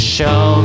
Show